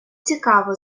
цікаво